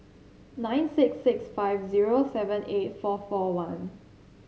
nine six six five zero seven eight four four one